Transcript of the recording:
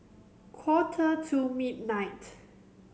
quarter to midnight